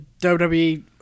WWE